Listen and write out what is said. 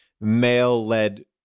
male-led